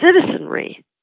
citizenry